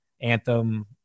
Anthem